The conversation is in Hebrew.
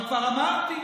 אבל כבר אמרתי,